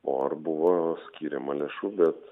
o ar buvo skiriama lėšų bet